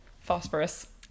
phosphorus